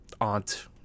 aunt